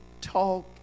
talk